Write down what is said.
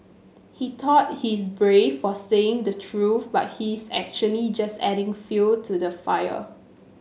he thought he's brave for saying the truth but he's actually just adding fuel to the fire